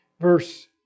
Verse